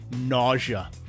nausea